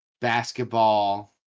basketball